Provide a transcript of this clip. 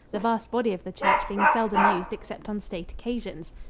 the vast body of the church being seldom used except on state occasions.